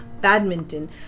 badminton